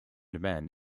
demand